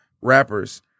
rappers